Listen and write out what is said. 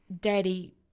daddy